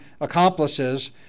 accomplices